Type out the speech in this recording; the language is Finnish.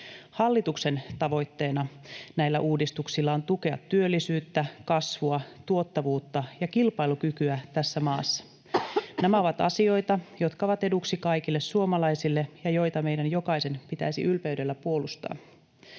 Hallituksen tavoitteena näillä uudistuksilla on tukea työllisyyttä, kasvua, tuottavuutta ja kilpailukykyä tässä maassa. Nämä ovat asioita, jotka ovat eduksi kaikille suomalaisille ja joita meidän jokaisen pitäisi ylpeydellä puolustaa.